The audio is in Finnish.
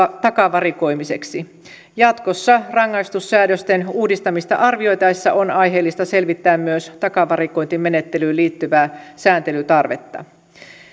takavarikoimiseksi jatkossa rangaistusäädösten uudistamista arvioitaessa on aiheellista selvittää myös takavarikointimenettelyyn liittyvää sääntelytarvetta